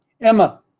Emma